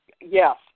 yes